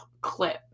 clip